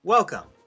Welcome